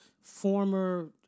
former